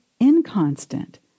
inconstant